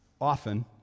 often